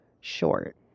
short